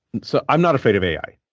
so i'm not afraid of ai.